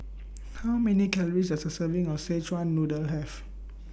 How Many Calories Does A Serving of Szechuan Noodle Have